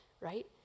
right